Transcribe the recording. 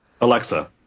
Alexa